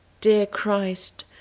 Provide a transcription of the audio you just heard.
dear christ,